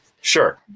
Sure